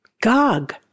Gog